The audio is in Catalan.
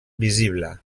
visible